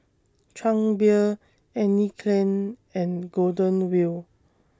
Chang Beer Anne Klein and Golden Wheel